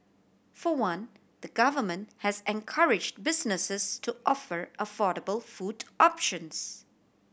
for one the Government has encourage businesses to offer affordable food options